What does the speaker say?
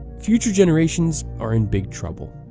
future generations are in big trouble.